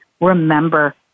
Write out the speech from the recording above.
remember